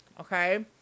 Okay